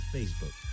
Facebook